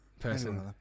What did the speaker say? person